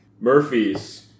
Murphy's